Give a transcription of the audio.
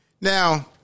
Now